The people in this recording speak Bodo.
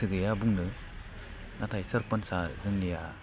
गोसो गैया बुंनो नाथाय सारपान्चा जोंनिया